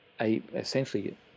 essentially